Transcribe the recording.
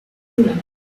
صورتم